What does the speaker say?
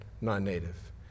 non-native